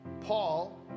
Paul